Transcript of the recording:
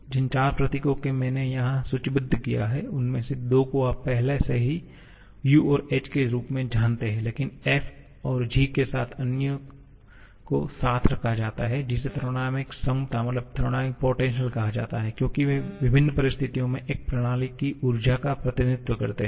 जिन चार प्रतीकों को मैंने यहां सूचीबद्ध किया है उनमें से दो को आप पहले से ही U और H के रूप में जानते हैं लेकिन F और G के साथ अन्य को साथ रखा जाता है जिसे थर्मोडायनामिक क्षमता कहा जाता है क्योंकि वे विभिन्न परिस्थितियों में एक प्रणाली की ऊर्जा का प्रतिनिधित्व करते हैं